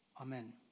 Amen